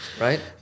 Right